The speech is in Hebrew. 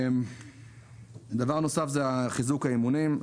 דבר נוסף הוא חיזוק האימונים.